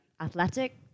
athletic